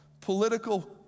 political